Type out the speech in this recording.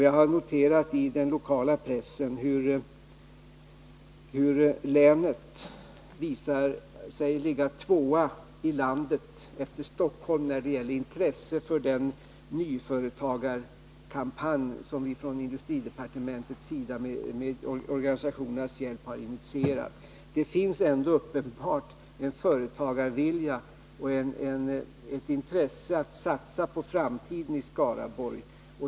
Jag har i den lokala pressen noterat att länet ligger tvåa i landet efter Stockholm när det gäller intresse för den nyföretagarkampanj som industridepartementet med organisationernas hjälp har initierat. Det finns uppenbart en företagarvilja och ett intresse att satsa på framtiden i Skaraborg.